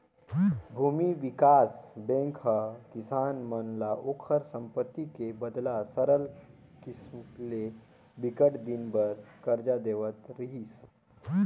भूमि बिकास बेंक ह किसान मन ल ओखर संपत्ति के बदला सरल किसम ले बिकट दिन बर करजा देवत रिहिस